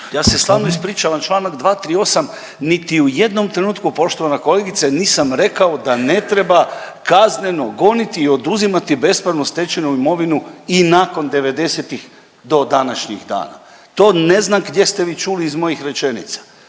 Ja se stvarno ispričavam, Članak 238., niti u jednom trenutku poštovana kolegice nisam rekao da ne treba kazneno goniti i oduzimati bespravno stečenu imovinu i nakon '90.-tih do današnjih dana. To ne znam gdje ste vi čuli iz mojih rečenica.